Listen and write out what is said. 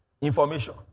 information